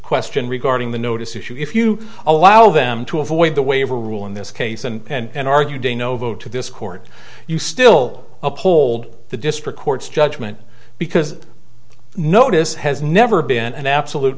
question regarding the notice issue if you allow them to avoid the waiver rule in this case and argue de novo to this court you still uphold the district court's judgment because notice has never been an absolute